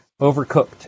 overcooked